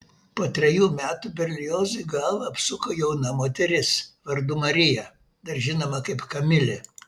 po trejų metų berliozui galvą apsuko jauna moteris vardu marija dar žinoma kaip kamilė